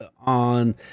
on